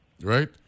right